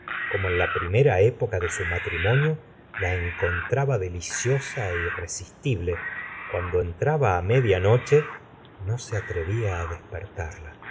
como en la primera época de su matrimonio la encontraba deliciosa é irresistible cuando entraba á media noche no se atrevía á despertarla